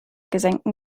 gesenktem